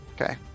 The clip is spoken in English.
Okay